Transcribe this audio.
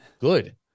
good